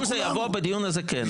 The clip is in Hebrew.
אם זה יעבור בדיון הזה, כן.